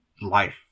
life